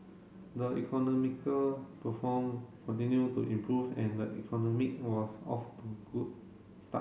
the economical perform continued to improve and the economic was off to good